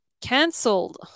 cancelled